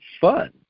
fun